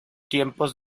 tiempos